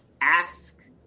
ask